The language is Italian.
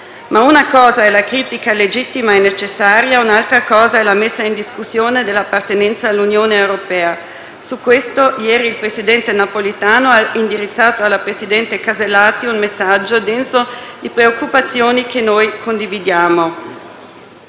Ma una cosa è la critica legittima e necessaria, un'altra cosa è la messa in discussione dell'appartenenza all'Unione europea. Su questo ieri il presidente Napolitano ha indirizzato al presidente Alberti Casellati un messaggio denso di preoccupazioni che noi condividiamo.